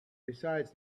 besides